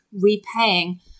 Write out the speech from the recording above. repaying